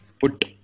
Put